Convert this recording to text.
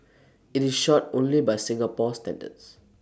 IT is short only by Singapore standards